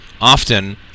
often